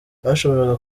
bashoboraga